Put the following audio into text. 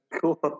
Cool